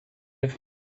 live